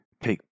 take